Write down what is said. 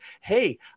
hey